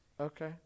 Okay